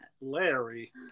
Larry